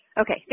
Okay